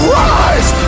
rise